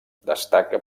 destaca